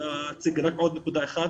ואציג רק עוד נקודה אחת